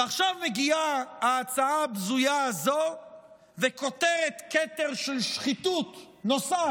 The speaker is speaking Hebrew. ועכשיו מגיעה ההצעה הבזויה הזאת וכותרת כתר נוסף